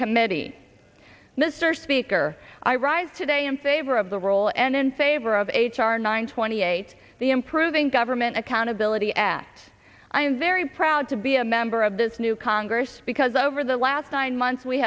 committee mr speaker i rise today in favor of the roll and in favor of h r nine twenty eight the improving government accountability act i am very proud to be a member of this new congress because over the last nine months we